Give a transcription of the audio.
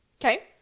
Okay